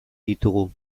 ditugu